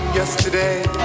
Yesterday